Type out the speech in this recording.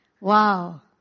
Wow